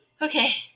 Okay